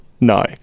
No